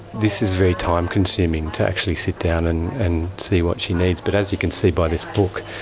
this is very time-consuming, to actually sit down and and see what she needs. but as you can see by this book,